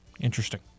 Interesting